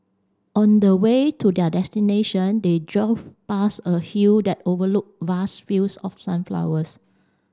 on the way to their destination they drove past a hill that overlooked vast fields of sunflowers